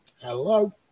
Hello